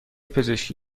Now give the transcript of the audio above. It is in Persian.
پزشکی